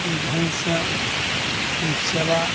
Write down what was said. ई ढङ्गसँ हम सेवा